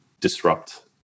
disrupt